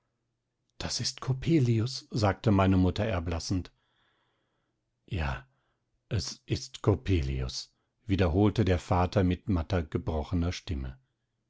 das ist coppelius sagte meine mutter erblassend ja es ist coppelius wiederholte der vater mit matter gebrochener stimme